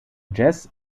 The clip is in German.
jazz